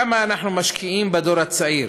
כמה אנחנו משקיעים בדור הצעיר,